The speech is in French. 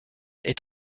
est